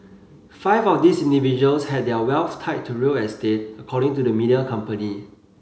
five of these individuals had their wealth tied to real estate according to the media company